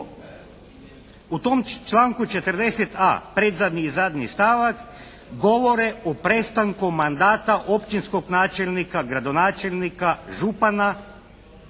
u tom članku 40.a predzadnji i zadnji stavak govore o prestanku mandata općinskog načelnika, gradonačelnika, župana